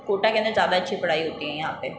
कोटा के अन्दर ज़्यादा अच्छी पढ़ाई होती है यहाँ पर